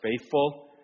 faithful